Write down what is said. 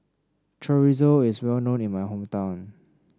chorizo is well known in my hometown